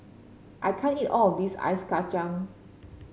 I can't eat all of this Ice Kacang